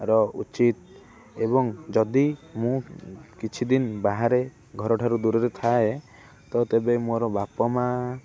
ର ଉଚିତ ଏବଂ ଯଦି ମୁଁ କିଛିଦିନ ବାହାରେ ଘରଠାରୁ ଦୂରରେ ଥାଏ ତ ତେବେ ମୋର ବାପା ମାଆ